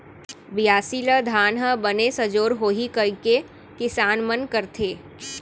बियासी ल धान ह बने सजोर होही कइके किसान मन करथे